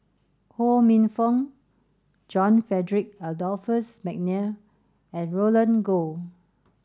Ho Minfong John Frederick Adolphus McNair and Roland Goh